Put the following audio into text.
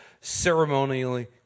ceremonially